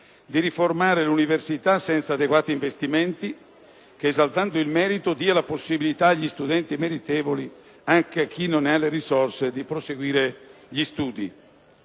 di riformare l’universita senza adeguati finanziamenti che, esaltando il merito, diano la possibilitaa tutti gli studenti meritevoli, anche a coloro che non hanno le risorse, di proseguire gli studi.